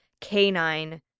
canine